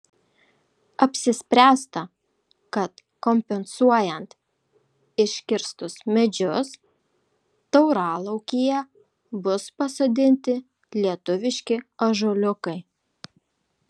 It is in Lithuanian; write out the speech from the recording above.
apsispręsta kad kompensuojant iškirstus medžius tauralaukyje bus pasodinti lietuviški ąžuoliukai